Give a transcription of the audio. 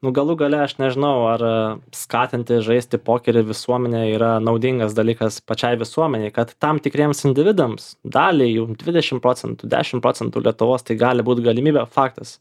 nu galų gale aš nežinau ar skatinti žaisti pokerį visuomenę yra naudingas dalykas pačiai visuomenei kad tam tikriems individams daliai jų dvidešim procentų dešim procentų lietuvos tai gali būt galimybė faktas